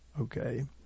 Okay